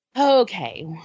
Okay